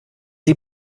sie